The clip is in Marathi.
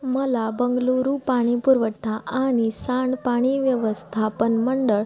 मला बंगळुरू पाणीपुरवठा आणि सांड पाणी व्यवस्थापन मंडळ